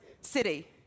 city